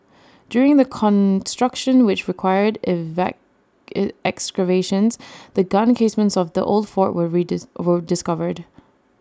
during the construction which required excavations the gun casements of the old fort were discovered